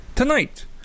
Tonight